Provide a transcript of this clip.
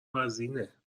وزینه